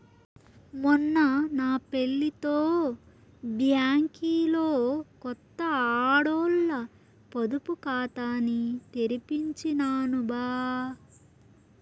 మొన్న నా పెళ్లితో బ్యాంకిలో కొత్త ఆడోల్ల పొదుపు కాతాని తెరిపించినాను బా